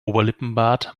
oberlippenbart